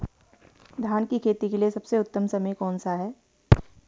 धान की खेती के लिए सबसे उत्तम समय कौनसा है?